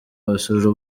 wasura